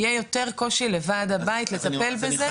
יהיה יותר קושי לוועד הבית לטפל בזה.